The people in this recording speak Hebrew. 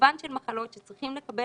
מגוון של מחלות שצריכים לקבל